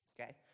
okay